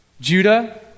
Judah